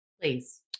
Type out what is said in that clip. Please